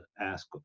ask